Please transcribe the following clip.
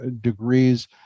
degrees